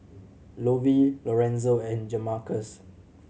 Lovie Lorenzo and Jamarcus